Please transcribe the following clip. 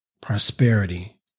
prosperity